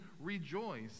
rejoice